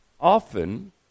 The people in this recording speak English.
often